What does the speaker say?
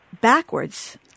backwards